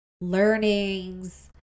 learnings